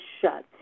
shut